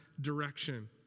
direction